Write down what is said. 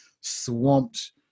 swamped